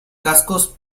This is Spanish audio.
cascos